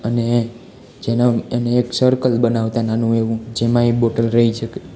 અને જેને એને એક સર્કલ બનાવતા અને નાનું એવું જેમાં એ બોટલ રહી શકે